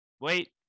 wait